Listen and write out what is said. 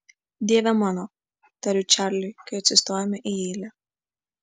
dieve mano tariu čarliui kai atsistojame į eilę